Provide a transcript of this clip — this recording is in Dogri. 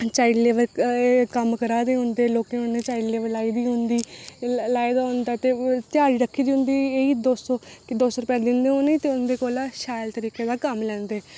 चाइल्ड लेबर दा जेहका ओह् कम्म करा दे होंदे लोके उनें गी चाइल्ड लेबर लाई दी होंदी ते उ'नें ई ध्याड़ी रक्खी दी होंदी इ'यै दो सौ दो सौ रुपया दिंदे होने ते उं'दे कोला शैल तरीके दा कम्म लैंदे